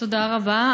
תודה רבה.